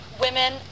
Women